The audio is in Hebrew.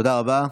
תודה רבה.